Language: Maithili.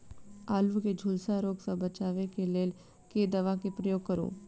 आलु केँ झुलसा रोग सऽ बचाब केँ लेल केँ दवा केँ प्रयोग करू?